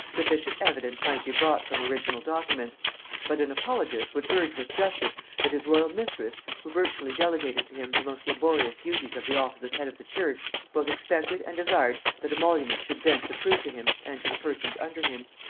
sufficient evidence might be brought from original documents but an apologist would urge with justice that his royal mistress, who virtually delegated to him the most laborious duties of the office of head of the church, both expected and desired that emolument should thence accrue to him and to the persons under him.